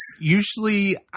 usually